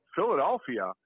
Philadelphia –